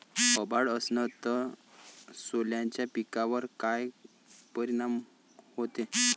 अभाळ असन तं सोल्याच्या पिकावर काय परिनाम व्हते?